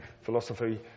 philosophy